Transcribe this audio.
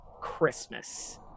Christmas